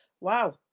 wow